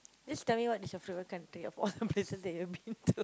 just tell me what is your favourite country of all places that you have been to